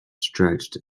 stretched